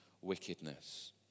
wickedness